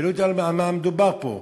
ולא ידעו על מה המדובר פה.